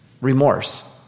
remorse